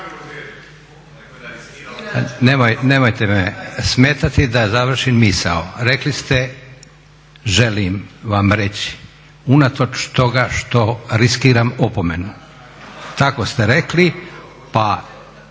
Nemojte me smetati da završim misao. Rekli ste želim vam reći unatoč toga što riskiram opomenu, tako ste rekli pa